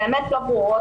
באמת לא ברורות,